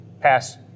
pass